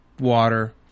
water